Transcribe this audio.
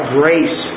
grace